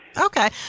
Okay